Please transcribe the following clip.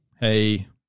Hey